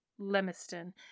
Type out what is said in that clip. Lemiston